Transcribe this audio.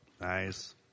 Nice